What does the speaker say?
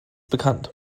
bekannt